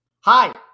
Hi